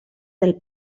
del